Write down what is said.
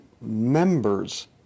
members